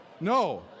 No